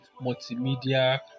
multimedia